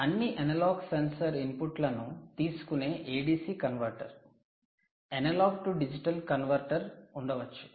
అన్ని analogue sensor ఇన్పుట్లను తీసుకునే ADC converter analogue to digital converter ఉండవచ్చు